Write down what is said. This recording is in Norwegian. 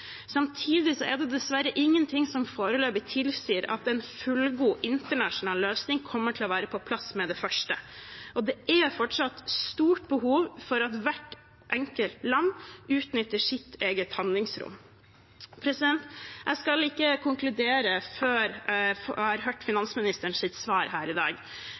Samtidig er det dessverre ingenting som foreløpig tilsier at en fullgod internasjonal løsning kommer til å være på plass med det første, og det er fortsatt et stort behov for at hvert enkelt land utnytter sitt eget handlingsrom. Jeg skal ikke konkludere før jeg har hørt finansministerens svar her i dag.